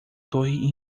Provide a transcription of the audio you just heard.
torre